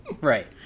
Right